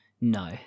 No